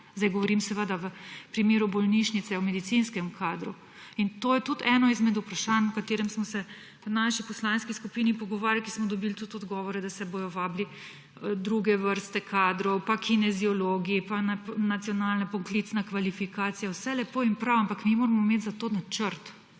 Zdaj govorim seveda v primeru bolnišnice o medicinskem kadru. In to je tudi eno izmed vprašanj, o katerem smo se v naši poslanski skupini pogovarjali, ko smo dobili tudi odgovore, da se bodo vabile druge vrste kadrov, kineziologi pa nacionalna poklicna kvalifikacija. Vse lepo in prav, ampak mi moramo imeti za to načrt